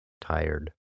Tired